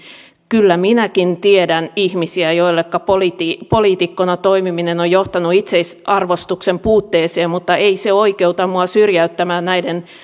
kyllä minäkin tiedän ihmisiä joilleka poliitikkona toimiminen on johtanut itsearvostuksen puutteeseen mutta ei se oikeuta minua syrjäyttämään näiden